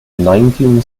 nineteen